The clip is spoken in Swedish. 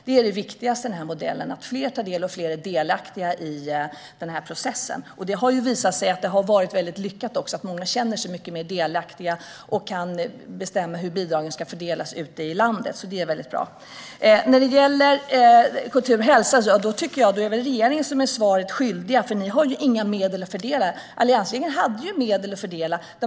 Det är det viktigaste i den här modellen: att fler tar del av detta och att fler är delaktiga i processen. Det har visat sig att det har varit väldigt lyckat. Många känner sig mycket mer delaktiga och kan bestämma hur bidragen ska fördelas ute i landet. Det är väldigt bra. När det gäller kultur och hälsa tycker jag att det är regeringen som är svaret skyldig. Ni har nämligen inga medel att fördela. Alliansregeringen hade medel att fördela.